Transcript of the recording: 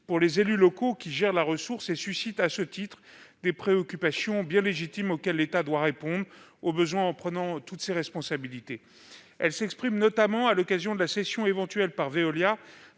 pour les élus locaux qui gèrent la ressource. Elle suscite, à ce titre, des préoccupations bien légitimes auxquelles l'État doit répondre, en prenant toutes ses responsabilités. Ces inquiétudes s'expriment notamment au sujet de la cession éventuelle par Veolia